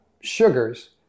sugars